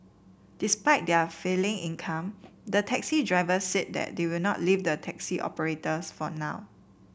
despite their falling income the taxi drivers said they would not leave the taxi operators for now